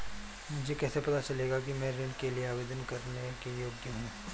मुझे कैसे पता चलेगा कि मैं ऋण के लिए आवेदन करने के योग्य हूँ?